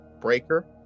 Breaker